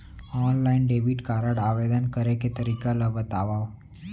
Online debit card आवेदन करे के तरीका ल बतावव?